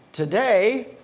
Today